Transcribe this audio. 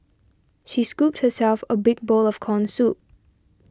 she scooped herself a big bowl of Corn Soup